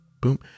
boom